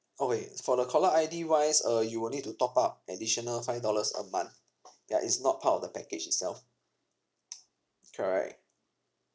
okay for the caller I_D wise uh you will need to top up additional five dollars a month ya is not part of the package itself correct